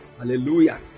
Hallelujah